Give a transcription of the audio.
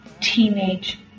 teenage